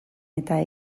eta